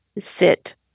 sit